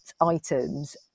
items